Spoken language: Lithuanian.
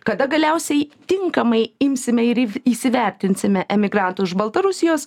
kada galiausiai tinkamai imsime ir į įsivertinsime emigrantų iš baltarusijos